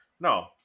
No